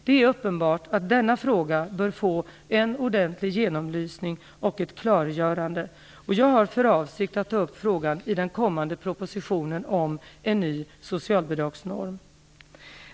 Det är uppenbart att denna fråga bör få en ordentlig genomlysning och ett klargörande. Jag har för avsikt att ta upp frågan i den kommande propositionen om en ny socialbidragsnorm.